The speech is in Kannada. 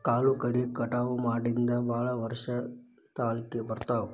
ಕಾಳು ಕಡಿ ಕಟಾವ ಮಾಡಿಂದ ಭಾಳ ವರ್ಷ ತಾಳಕಿ ಬರ್ತಾವ